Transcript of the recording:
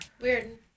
Weird